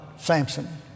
Samson